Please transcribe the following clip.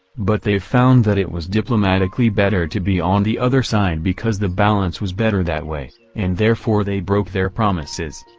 but they found that it was diplomatically better to be on the other side because the balance was better that way, and therefore they broke their promises.